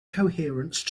coherence